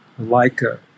Leica